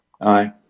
Aye